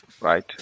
right